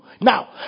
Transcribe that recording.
now